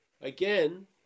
Again